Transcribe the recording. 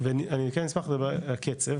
ואני כן אשמח לדבר על הקצב,